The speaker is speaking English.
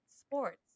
sports